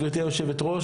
גברתי היושבת ראש,